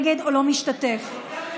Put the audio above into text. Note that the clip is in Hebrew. נגד תהלה פרידמן,